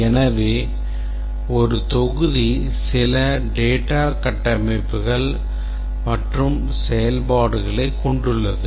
எனவே ஒரு தொகுதி சில data கட்டமைப்புகள் மற்றும் செயல்பாடுகளை கொண்டுள்ளது